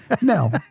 No